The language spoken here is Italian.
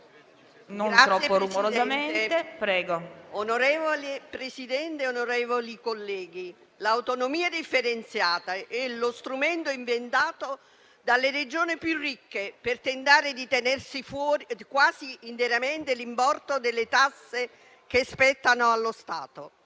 Ne ha facoltà. ALOISIO *(M5S)*. Onorevole Presidente, onorevoli colleghi, l'autonomia differenziata è lo strumento inventato dalle Regioni più ricche per tentare di tenersi quasi interamente l'importo delle tasse che spettano allo Stato.